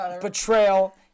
betrayal